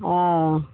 ओ